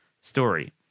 story